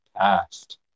past